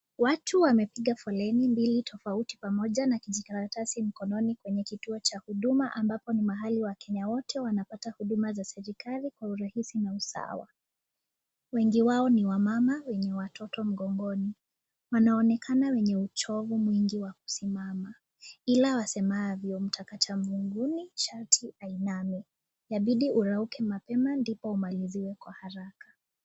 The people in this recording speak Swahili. Watu wamepiga foleni tofauti pamoja, na kijikaratasi mkononi kwenye kituo cha huduma ambapo ni mahali wakenya wote wanapata huduma za serikali kwa urahisi na usawa, wengi wao ni wamama wenye watoto mgongoni, wanaonekana wenye uchovu mwingi wa kusimama, ila wasemavyo, mtaka cha mvunguni sharti ainame, yabidi urauke kwa mapema ili umaliziwe kwa haraka.